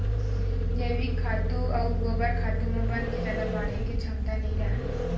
जइविक खातू अउ गोबर खातू म बन के जादा बाड़हे के छमता नइ राहय